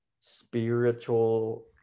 spiritual